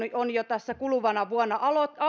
on jo tässä kuluvana vuonna